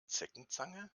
zeckenzange